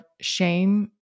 shame